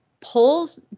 pulls